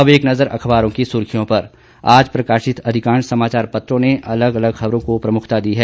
अब एक नज़र अखबारों की सुर्खियों पर आज प्रकाशित अधिकांश समाचार पत्रों ने अलग अलग खबरों को प्रमुखता दी है